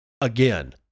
Again